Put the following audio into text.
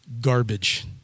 Garbage